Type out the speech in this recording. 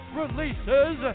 releases